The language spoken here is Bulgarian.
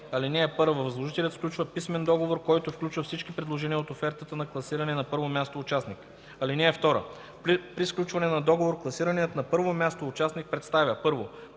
101е. (1) Възложителят сключва писмен договор, който включва всички предложения от офертата на класирания на първо място участник. (2) При сключване на договор класираният на първо място участник представя: 1.